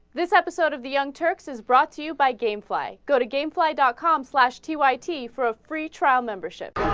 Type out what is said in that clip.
this episode of the young turks is brought to you by gamefly goto gamefly dot com slash t y t for a free trial membership